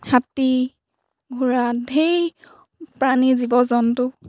হাতী ঘোঁৰা ধেৰ প্ৰাণী জীৱ জন্তু